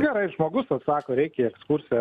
gerai žmogus atsako reikia į ekskursiją